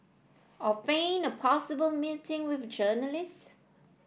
or feign a possible meeting with journalists